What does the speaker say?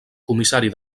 comissari